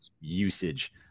usage